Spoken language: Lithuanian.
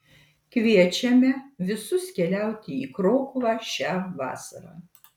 kviečiame visus keliauti į krokuvą šią vasarą